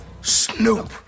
Snoop